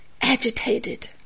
agitated